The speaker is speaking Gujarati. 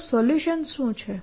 તો સોલ્યુશન શું છે